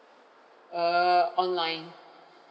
err online